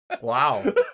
Wow